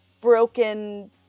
broken